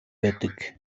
байдаг